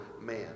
man